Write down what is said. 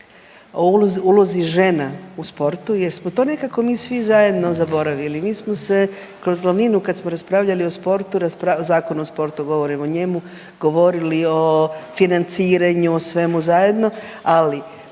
o ulozi žena u sportu, jesmo to nekako mi svi zajedno zaboravili. Mi smo se kroz glavninu kad smo raspravljali o sportu, Zakon o sportu, govorim o njemu, govorili o financiranju, o svemu zajedno, ali